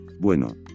Bueno